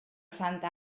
santa